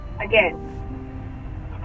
again